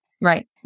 Right